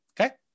Okay